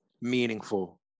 meaningful